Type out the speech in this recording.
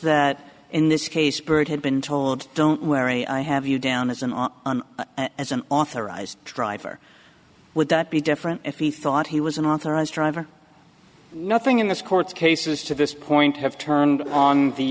that in this case byrd had been told don't worry i have you down as an on as an authorized driver would that be different if he thought he was an authorized driver nothing in this court's cases to this point have turned on the